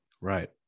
Right